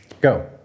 go